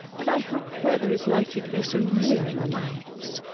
but i hope where there is likely to be so near an alliance,